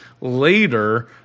later